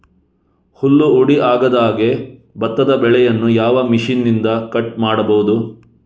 ಹುಲ್ಲು ಹುಡಿ ಆಗದಹಾಗೆ ಭತ್ತದ ಬೆಳೆಯನ್ನು ಯಾವ ಮಿಷನ್ನಿಂದ ಕಟ್ ಮಾಡಬಹುದು?